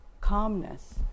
calmness